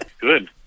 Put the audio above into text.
Good